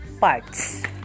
parts